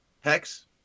Hex